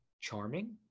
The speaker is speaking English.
charming